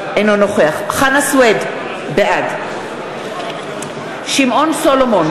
אינו נוכח חנא סוייד, בעד שמעון סולומון,